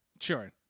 Sure